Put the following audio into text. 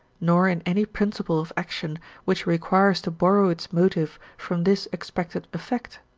nor in any principle of action which requires to borrow its motive from this expected effect.